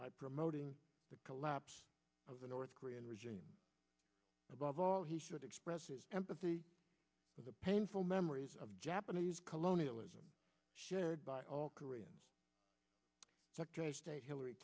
by promoting the collapse of the north korean regime above all he should express empathy with the painful memories of japanese colonialism shared by all korea state hillary